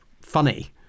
funny